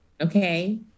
okay